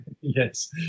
Yes